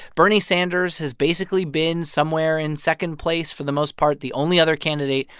bernie sanders has basically been somewhere in second place, for the most part the only other candidate,